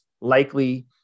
likely